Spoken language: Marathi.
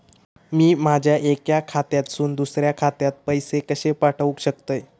मी माझ्या एक्या खात्यासून दुसऱ्या खात्यात पैसे कशे पाठउक शकतय?